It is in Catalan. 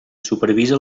supervisa